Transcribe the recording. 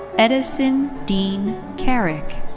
edison dean carrick.